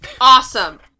Awesome